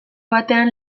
batean